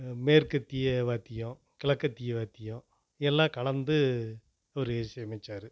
மேற்கத்திய வாத்தியம் கிழக்கத்திய வாத்தியம் எல்லாம் கலந்து ஒரு இசையமைத்தாரு